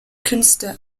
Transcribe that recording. künste